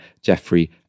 Jeffrey